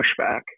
pushback